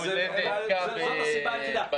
זאת הסיבה היחידה.